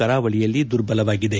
ಕರಾವಳಿಯಲ್ಲಿ ದುರ್ಬಲಗೊಂಡಿದೆ